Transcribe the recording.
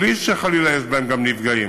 בלי שחלילה יש בהם גם נפגעים,